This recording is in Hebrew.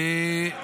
חבריי לקואליציה.